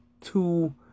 two